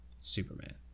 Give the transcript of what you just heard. Superman